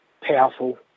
powerful